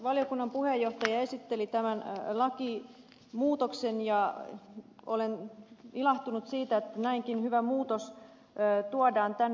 valiokunnan puheenjohtaja esitteli tämän lakimuutoksen ja olen ilahtunut siitä että näinkin hyvä muutos tuodaan tänne